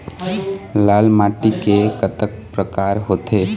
लाल माटी के कतक परकार होथे?